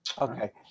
Okay